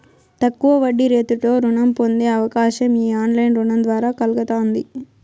తక్కువ వడ్డీరేటుతో రుణం పొందే అవకాశం ఈ ఆన్లైన్ రుణం ద్వారా కల్గతాంది